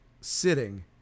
sitting